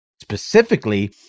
specifically